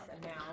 now